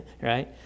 right